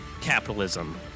capitalism